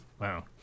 wow